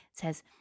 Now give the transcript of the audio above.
says